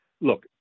Look